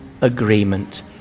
agreement